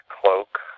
cloak